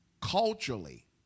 culturally